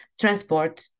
transport